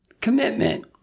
commitment